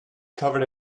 covered